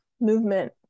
movement